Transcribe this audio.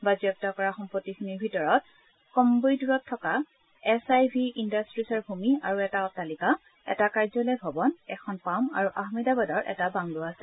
বাজেয়াপ্ত কৰা সম্পত্তিখিনিৰ ভিতৰত কইসুটৰত থকা এছ আই ভি ইণ্ডাট্টীজৰ ভূমি আৰু এটা অট্টালিকা এটা কাৰ্য্যালয় ভৱন এখন পাম আৰু আহমেদাবাদৰ এটা বাংলো আছে